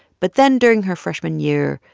but then, during her freshman year,